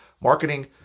Marketing